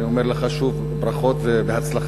אני אומר לך שוב: ברכות ובהצלחה.